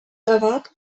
erwarten